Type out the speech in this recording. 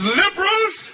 liberals